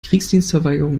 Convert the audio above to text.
kriegsdienstverweigerung